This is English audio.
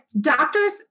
doctors